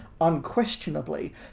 Unquestionably